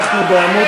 אנחנו בעמוד